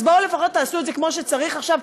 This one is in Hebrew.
אז בואו לפחות תעשו את זה כמו שצריך עכשיו,